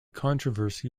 controversy